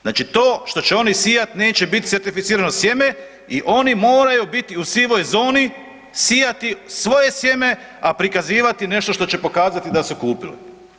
Znači to što će oni sijat neće biti certificirano sjeme i oni moraju biti u sivoj zoni sijati svoje sjeme, a prikazivati nešto što će pokazati da su kupili.